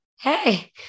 Hey